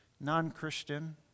non-christian